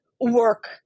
work